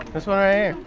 that's why